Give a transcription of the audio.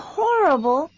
horrible